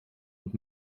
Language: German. und